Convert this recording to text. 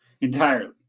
entirely